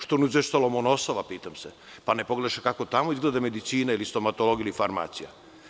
Što ne uzeše Lomonosova, pitam se, pa ne pogreše kako tamo izgleda medicina, stomatologija ili farmacija?